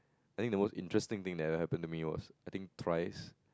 I think the most interesting thing that happened to me was I think thrice